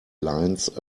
lines